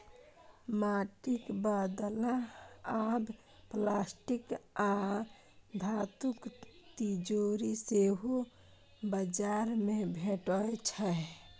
माटिक बदला आब प्लास्टिक आ धातुक तिजौरी सेहो बाजार मे भेटै छै